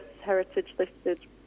heritage-listed